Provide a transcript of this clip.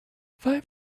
five